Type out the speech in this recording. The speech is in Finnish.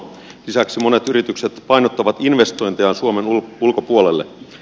lisäksi monet yritykset painottavat investointejaan suomen ulkopuolelle